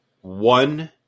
one